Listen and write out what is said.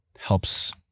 helps